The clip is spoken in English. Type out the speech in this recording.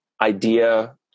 idea